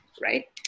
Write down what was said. right